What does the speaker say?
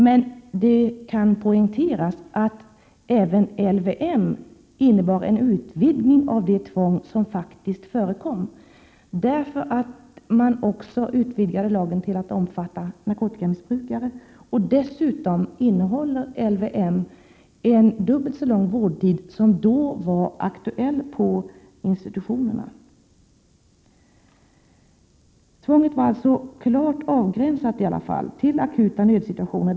Men det bör poängteras att även LVM innebar en utvidgning av det tvång som faktiskt förekom. Lagen utvidgades nämligen till att omfatta narkotika missbrukare, och dessutom innehåller LVM en dubbelt så lång vårdtid som den som då var aktuell på institutionerna. Tvånget avgränsades i alla händelser till akuta nödsituationer.